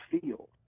field